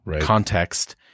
context